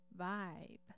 vibe